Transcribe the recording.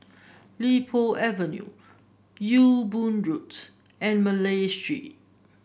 Li Po Avenue Ewe Boon Road and Malay Street